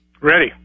Ready